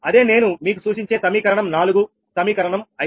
ఇదే నేను మీకు సూచించే సమీకరణం 4 సమీకరణం 5